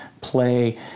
play